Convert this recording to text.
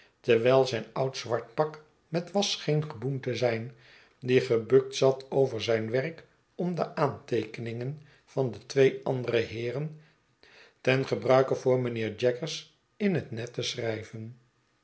terwijl zijn oud zwart pak met was scheen geboend te zijn die gebukt zat over zijn werk om de aanteekeningen van de twee andere heeren ten gebruike voor mijnheer jaggers in het net te schrijven